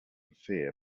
fear